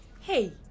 Hey